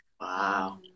wow